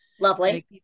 Lovely